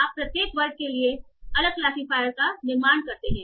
आप प्रत्येक वर्ग के लिए अलग क्लासिफायर का निर्माण करते हैं